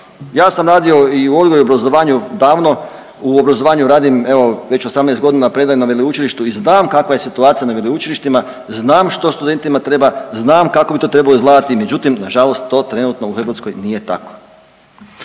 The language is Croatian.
Ja sam radio i u odgoju i obrazovanju davno, u obrazovanju radim, evo, već 18 godina, predajem na veleučilištu i znam kakva je situacija na veleučilištima, znam što studentima treba, znam kako bi to trebalo izgledati, međutim, nažalost to trenutno u Hrvatskoj nije tako.